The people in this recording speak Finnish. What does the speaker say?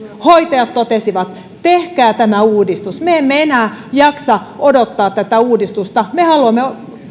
hoitajat totesivat tehkää tämä uudistus me emme enää jaksa odottaa tätä uudistusta me haluamme